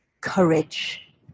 courage